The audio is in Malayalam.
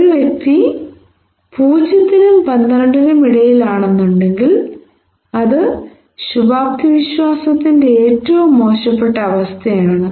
ഒരു വ്യക്തി പൂജ്യത്തിനും പന്ത്രണ്ടിനും ഇടയിലാണെങ്കിൽ അത് ശുഭാപ്തിവിശ്വാസത്തിന്റെ ഏറ്റവും മോശപ്പെട്ട അവസ്ഥയാണ്